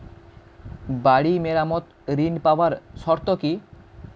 বাড়ি মেরামত ঋন পাবার শর্ত কি?